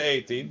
18